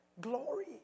glory